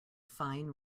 fine